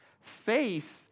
Faith